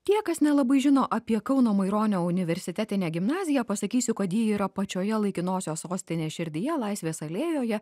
tie kas nelabai žino apie kauno maironio universitetinę gimnaziją pasakysiu kad ji yra pačioje laikinosios sostinės širdyje laisvės alėjoje